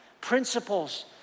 principles